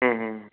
ம் ம்